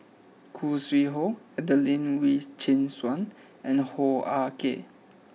Khoo Sui Hoe Adelene Wee Chin Suan and Hoo Ah Kay